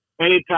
anytime